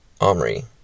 Omri